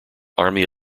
army